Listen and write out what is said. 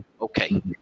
Okay